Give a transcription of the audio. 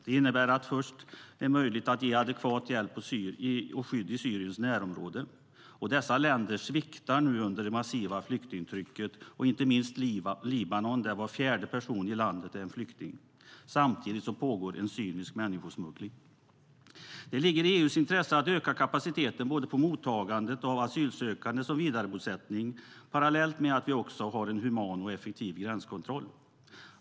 Det innebär att det är möjligt att ge adekvat hjälp och skydd först i Syriens närområde. Länderna där sviktar nu under det massiva flyktingtrycket, inte minst Libanon där var fjärde person i landet är en flykting. Samtidigt pågår en cynisk människosmuggling. Det ligger i EU:s intresse att öka kapaciteten för såväl mottagning av asylsökande som vidarebosättning, parallellt med att vi har en human och effektiv gränskontroll.